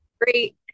great